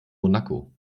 monaco